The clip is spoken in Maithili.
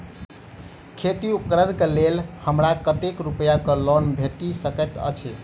खेती उपकरण केँ लेल हमरा कतेक रूपया केँ लोन भेटि सकैत अछि?